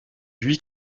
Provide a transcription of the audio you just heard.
huit